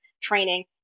training